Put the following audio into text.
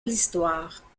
l’histoire